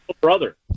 brother